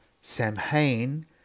Samhain